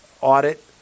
audit